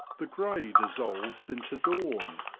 the grey dissolves into dawn,